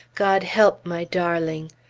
god help my darling!